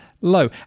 low